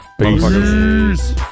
Peace